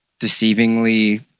deceivingly